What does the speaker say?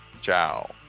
Ciao